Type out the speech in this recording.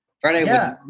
friday